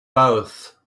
both